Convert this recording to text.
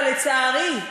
ולצערי,